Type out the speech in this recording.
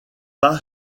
pas